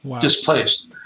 displaced